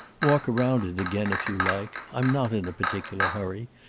walk round it again if you like. i'm not in a particular hurry,